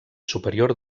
superior